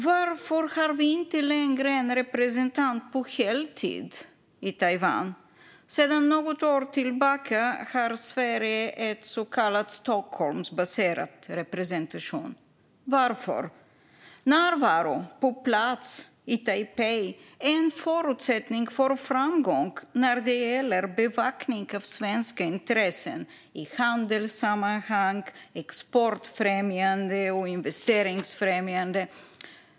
Varför har vi inte längre en representant på heltid i Taipei? Sedan något år tillbaka har Sverige en så kallad Stockholmsbaserad representation. Varför? Närvaro på plats i Taipei är en förutsättning för framgång när det gäller bevakning av svenska intressen i handelssammanhang, exportfrämjande och investeringsfrämjande.